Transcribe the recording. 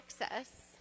access